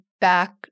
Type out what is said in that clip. back